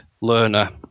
learner